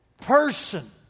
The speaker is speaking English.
person